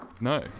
no